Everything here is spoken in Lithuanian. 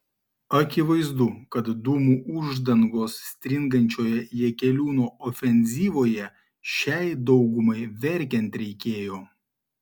akivaizdu kad dūmų uždangos stringančioje jakeliūno ofenzyvoje šiai daugumai verkiant reikėjo